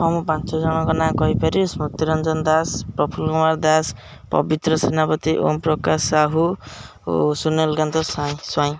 ହଁ ମୁଁ ପାଞ୍ଚ ଜଣଙ୍କ ନାଁ କହିପାରିବି ସ୍ମୃତିରଞ୍ଜନ ଦାସ ପ୍ରଫୁଲ୍ କୁମାର ଦାସ ପବିତ୍ର ସେନାପତି ଓମପ୍ରକାଶ ସାହୁ ଓ ସୁନୀଲକାନ୍ତ ସ୍ୱାଇଁ